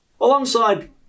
Alongside